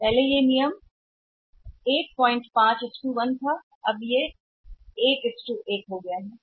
और अंगूठे का यह नियम यहां है अंगूठे का यह नियम अब 1 1 है पहले यह 15 1 था